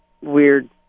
weird